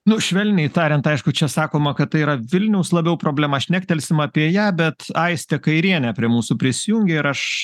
nu švelniai tariant aišku čia sakoma kad tai yra vilniaus labiau problema šnektelsim apie ją bet aistė kairienė prie mūsų prisijungė ir aš